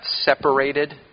separated